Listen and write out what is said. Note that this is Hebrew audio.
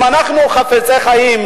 אם אנחנו חפצי חיים,